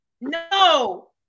no